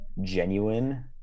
genuine